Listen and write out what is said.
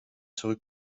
zurück